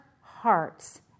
hearts